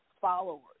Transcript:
followers